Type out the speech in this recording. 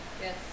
Yes